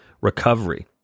recovery